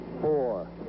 four